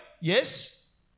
Yes